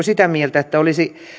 sitä mieltä että olisi